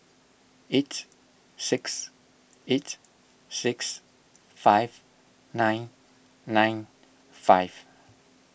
eight six eight six five nine nine five